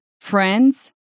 friends